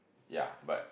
ya but